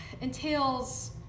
entails